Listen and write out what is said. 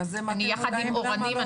יחד עם אורנים,